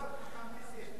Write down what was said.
אדוני היושב-ראש,